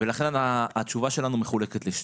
ולכן התשובה שלנו מחולקת לשניים.